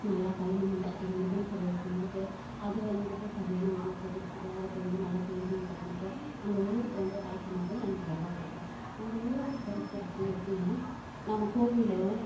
நல்ல களிமண் வச்சுட்டு முருகன் செலைய செஞ்சிட்டு அது வந்துட்டு சரியான உருவத்தை கொடுத்துட்டு அதுக்கு வந்து நல்ல பெயிண்டிங் பண்ணிட்டு அந்த உருவத்தை வந்து பார்க்கும்போதே எனக்கு ரொம்ப பிடிக்கும் அந்த உருவம் கிடைக்கிறதுக்கு எப்படினா நம்ம கோவிலும்